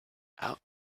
out